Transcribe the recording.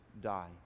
die